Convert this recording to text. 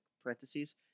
parentheses